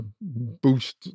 boost